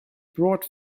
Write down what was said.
brought